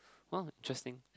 !wah! interesting